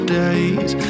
days